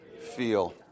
feel